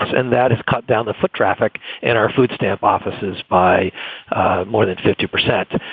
and that is cut down the foot traffic and our food stamp offices by more than fifty percent,